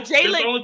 Jalen –